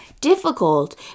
difficult